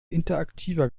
interaktiver